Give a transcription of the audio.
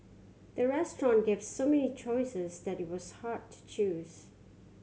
the restaurant gave so many choices that it was hard to choose